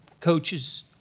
coaches